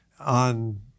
on